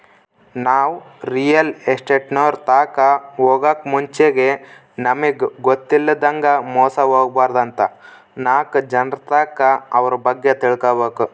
ನಾವು ರಿಯಲ್ ಎಸ್ಟೇಟ್ನೋರ್ ತಾಕ ಹೊಗಾಕ್ ಮುಂಚೆಗೆ ನಮಿಗ್ ಗೊತ್ತಿಲ್ಲದಂಗ ಮೋಸ ಹೊಬಾರ್ದಂತ ನಾಕ್ ಜನರ್ತಾಕ ಅವ್ರ ಬಗ್ಗೆ ತಿಳ್ಕಬಕು